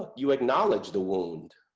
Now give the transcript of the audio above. ah you acknowledge the wound.